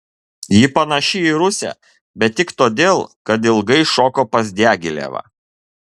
ji panaši į rusę bet tik todėl kad ilgai šoko pas diagilevą